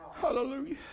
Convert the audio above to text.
Hallelujah